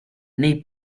nei